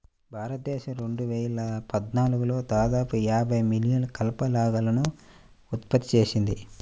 భారతదేశం రెండు వేల పద్నాలుగులో దాదాపు యాభై మిలియన్ల కలప లాగ్లను ఉత్పత్తి చేసింది